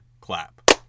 clap